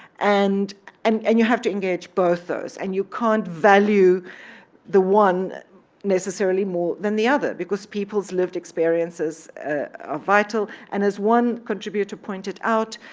and and and you have to engage both those. and you can't value the one necessarily more than the other because people's lived experiences are ah vital. and as one contributor pointed out,